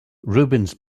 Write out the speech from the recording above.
rubens